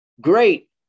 Great